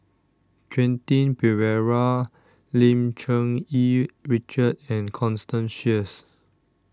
Quentin Pereira Lim Cherng Yih Richard and Constance Sheares